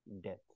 death